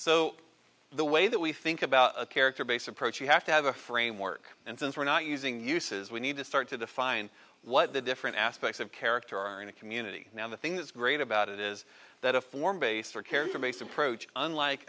so the way that we think about a character based approach we have to have a framework and since we're not using uses we need to start to define what the different aspects of character are in a community now the thing that's great about it is that a form based or character based approach unlike